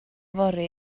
fory